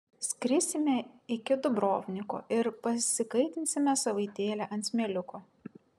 skrisime iki dubrovniko ir pasikaitinsime savaitėlę ant smėliuko